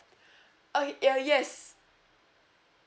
uh ya yes